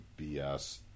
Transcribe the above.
BS